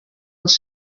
els